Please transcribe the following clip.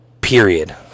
Period